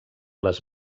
les